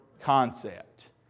concept